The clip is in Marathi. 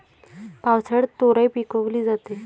पावसाळ्यात तोराई पिकवली जाते